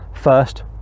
first